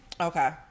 okay